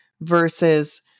versus